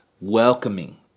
Welcoming